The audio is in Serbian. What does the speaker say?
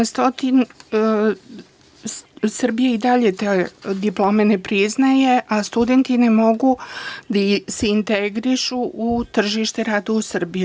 Srbija i dalje te diplome ne priznaje, a studenti ne mogu da se integrišu u tržište rada u Srbiji.